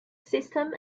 system